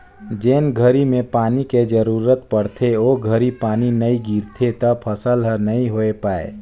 जेन घरी में पानी के जरूरत पड़थे ओ घरी पानी नई गिरथे त फसल हर नई होय पाए